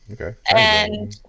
Okay